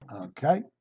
okay